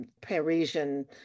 Parisian